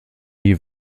die